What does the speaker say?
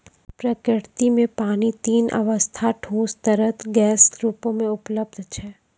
प्रकृति म पानी तीन अबस्था ठोस, तरल, गैस रूपो म उपलब्ध छै